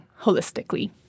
holistically